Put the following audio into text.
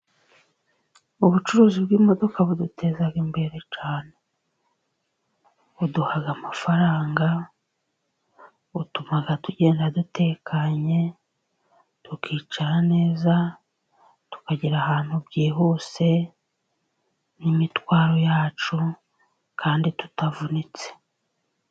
Ubucuruzi bw'imodoka buduteza imbere cyane, buduha amafaranga, butuma tugenda dutekanye, tukicara neza tukagera ahantu byihuse n'imitwaro yacu kandi tutavunitse.